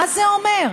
מה זה אומר?